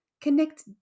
connect